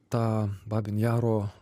tą babyn jaro